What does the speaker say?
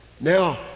Now